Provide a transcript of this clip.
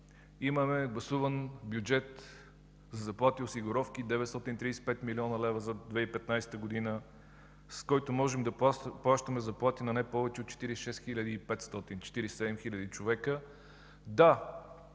Имаме гласуван бюджет за заплати и осигуровки 935 млн. лв. за 2015 г., с който можем да плащаме заплати на не повече от 46 500 – 47 000 човека. Да,